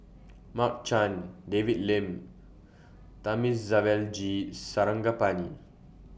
Mark Chan David Lim and Thamizhavel G Sarangapani